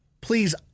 please